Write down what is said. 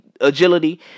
agility